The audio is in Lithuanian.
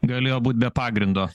galėjo būt be pagrindo